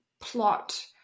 plot